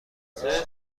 نیست